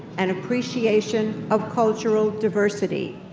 and appreciation of cultural diversity.